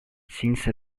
since